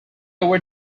were